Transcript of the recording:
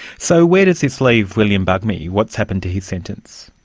so where does this leave william bugmy? what has happened to his sentence?